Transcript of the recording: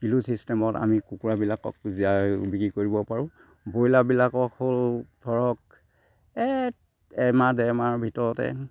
kilo চিষ্টেমত আমি কুকুৰাবিলাকক যায় বিক্ৰী কৰিব পাৰোঁ ব্ৰইলাৰবিলাকক হ'ল ধৰক এট এমাহ ডেৰমাহৰ ভিতৰতে